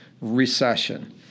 Recession